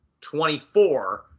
24